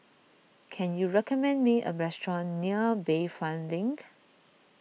can you recommend me a restaurant near Bayfront Link